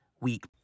week